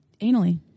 anally